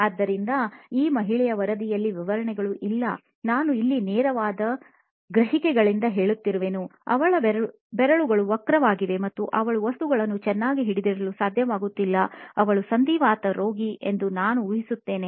ಆದ್ದರಿಂದ ಈ ಮಹಿಳೆಯ ವರದಿಯಲ್ಲಿ ವಿವರಣೆಗಳು ಇಲ್ಲನಾನು ಇಲ್ಲಿ ನೇರವಾದ ಗ್ರಹಿಕೆಗಳಿಂದ ಹೇಳುತ್ತಿರುವೆನು ಅವಳ ಬೆರಳುಗಳು ವಕ್ರವಾಗಿವೆ ಮತ್ತು ಅವಳು ವಸ್ತುಗಳನ್ನು ಚೆನ್ನಾಗಿ ಹಿಡಿದಿಡಲು ಸಾಧ್ಯವಾಗುತ್ತಿಲ್ಲ ಅವಳು ಸಂಧಿವಾತ ರೋಗಿ ಎಂದು ನಾನು ಊಹಿಸುತ್ತೇನೆ